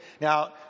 Now